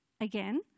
again